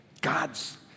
God's